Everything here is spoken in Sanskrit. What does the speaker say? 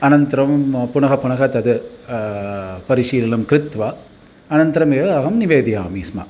अनन्तरं पुनः पुनः तद् परिशीलनं कृत्वा अनन्तरमेव अहं निवेदयामि स्म